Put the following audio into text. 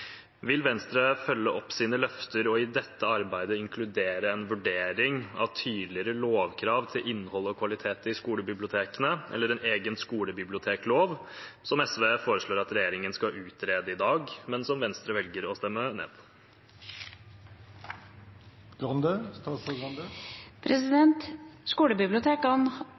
Vil Venstre følge opp sine løfter og i dette arbeidet inkludere en vurdering av tydeligere lovkrav til innhold og kvalitet i skolebibliotekene, eller en egen skolebiblioteklov, som SV i dag foreslår at regjeringen skal utrede, men som Venstre velger å stemme ned?